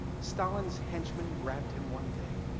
stalin's henchmen grabbed him one day,